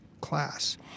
class